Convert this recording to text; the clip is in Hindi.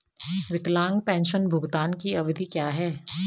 विकलांग पेंशन भुगतान की अवधि क्या है?